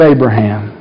Abraham